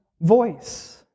voice